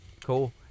Cool